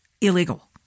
illegal